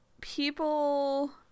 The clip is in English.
people